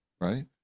right